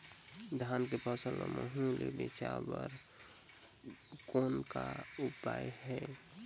धान फसल ल महू ले बचाय बर कौन का उपाय हे?